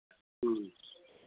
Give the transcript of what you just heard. ह्म्म